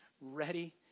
ready